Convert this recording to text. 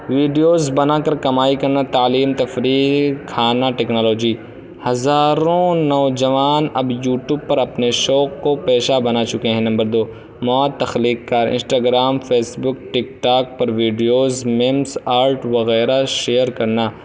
videos بنا کر کمائی کرنا تعلیم تفریح کھانا ٹیکنالوجی ہزاروں نوجوان اب یوٹیوب پر اپنے شوق کو پیشہ بنا چکے ہیں نمبر دو مواد تخلیق کار Instagram Facebook TikTok پر ویڈیوز میمس آرٹ وغیرہ شیئر کرنا